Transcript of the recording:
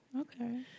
okay